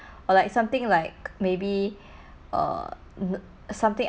or like something like maybe err something